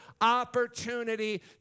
opportunity